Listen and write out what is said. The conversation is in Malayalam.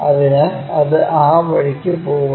അതിനാൽ അത് ആ വഴിക്ക് പോകുന്നു